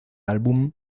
álbum